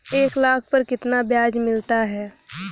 एक लाख पर कितना ब्याज मिलता है?